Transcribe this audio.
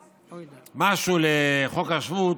משהו, לחוק השבות,